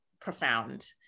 profound